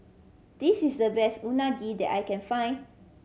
this is the best Unagi that I can find